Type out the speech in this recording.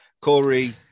Corey